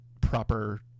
proper